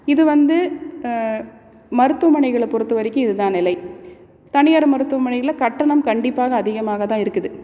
இது வந்து மருத்துவமனைகளை பொறுத்தவரைக்கும் இதுதான் நிலை தனியார் மருத்துவமனையில் கட்டணம் கண்டிப்பாக அதிகமாகத்தான் இருக்குது